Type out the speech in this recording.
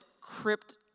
crypt